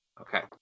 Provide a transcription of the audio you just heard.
Okay